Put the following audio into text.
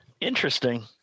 Interesting